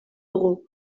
dugu